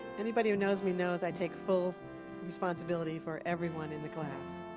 anybody who knows me knows i take full responsibility for everyone in the class.